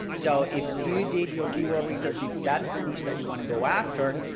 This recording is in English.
so if you did your keyword research, if that's the niche that you want to go after.